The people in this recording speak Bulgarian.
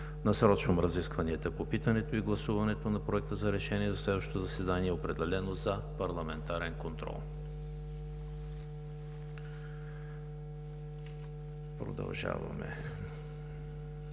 насрочвам разискванията по питането и гласуването на Проекта за решение на следващото заседание, определено за парламентарен контрол. Продължаваме